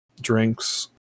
drinks